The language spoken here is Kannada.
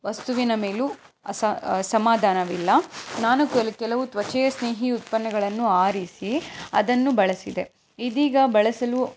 ವಸ್ತುವಿನ ಮೇಲೂ ಅಸ ಅಸಮಾಧಾನವಿಲ್ಲ ನಾನು ಕೆಲ ಕೆಲವು ತ್ವಚೆಯ ಸ್ನೇಹಿ ಉತ್ಪನ್ನಗಳನ್ನು ಆರಿಸಿ ಅದನ್ನು ಬಳಸಿದೆ ಇದೀಗ ಬಳಸಲು